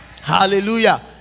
hallelujah